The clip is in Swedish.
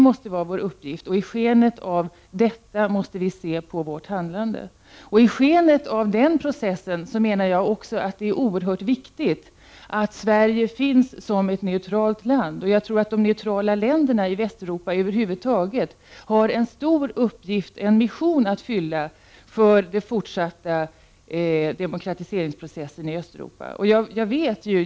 Det är i skenet av detta som vi måste se på vårt handlande. Det är också i skenet av den processen oerhört viktigt att Sverige finns som ett neutralt land. Jag tror att de neutrala länderna i Västeuropa över huvud taget har en stor uppgift, en mission, att fylla för den fortsatta demokratiseringsprocessen i Östeuropa.